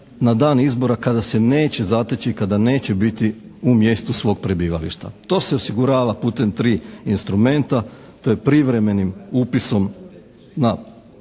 na dan izbora kada se neće zateći, kada neće biti u mjestu svog prebivališta. To se osigurava putem tri instrumenta. To je privremenim upisom na,